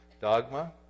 dogma